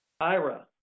Ira